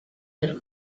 del